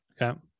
Okay